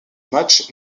match